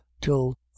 till